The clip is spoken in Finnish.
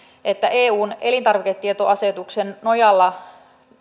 että eun elintarviketietoasetuksen nojalla